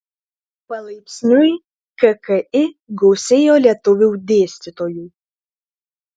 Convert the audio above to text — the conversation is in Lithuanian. palaipsniui kki gausėjo lietuvių dėstytojų